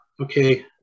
Okay